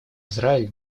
израиль